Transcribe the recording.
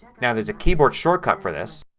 now there's a keyboard shortcut for this.